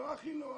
לא הכי נוח,